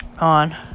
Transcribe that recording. on